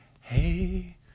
Hey